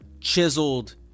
chiseled